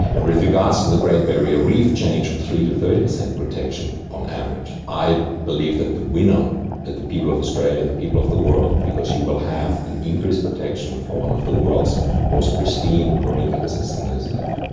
and with regards to the great barrier reef change from three percent to thirty percent protection on average i believe that the winner are the people of australia and the people of the world because you will have an increased protection for one of the world's most pristine marine ecosystem that is left.